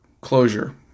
closure